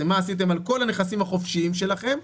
מה עשיתם בעצם על כל הנכסים החופשיים שלכם,